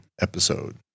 episode